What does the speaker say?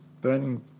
burning